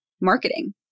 marketing